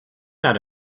not